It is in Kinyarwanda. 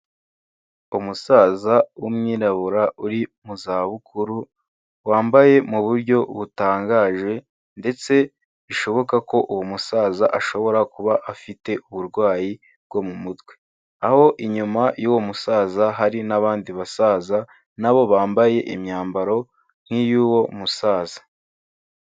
Umusaza w'umwirabura uri mu zabukuru, wambaye mu buryo butangaje ndetse bishoboka ko uwo musaza ashobora kuba afite uburwayi bwo mu mutwe, aho inyuma y'uwo musaza hari n'abandi basaza na bo bambaye imyambaro nk'iy'uwo musaza.